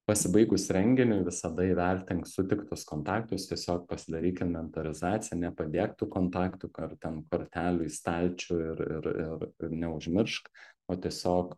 pasibaigus renginiui visada įvertink sutiktus kontaktus tiesiog pasidaryk inventorizaciją nepadėk tų kontaktų kar ten kartelių į stalčių ir ir ir neužmiršk o tiesiog